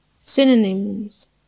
Synonyms